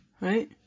Right